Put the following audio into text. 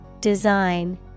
Design